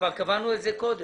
כבר קבענו את זה קודם.